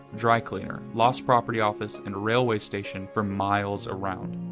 dry cleaner, lost property office, and railway station for miles around.